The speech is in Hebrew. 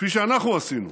כפי שאנחנו עשינו: